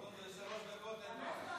עוד שלוש דקות אין בעיה.